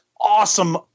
awesome